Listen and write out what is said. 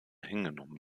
hingenommen